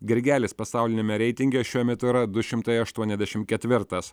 grigelis pasauliniame reitinge šiuo metu yra du šimtai aštuoniasdešimt ketvirtas